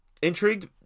Intrigued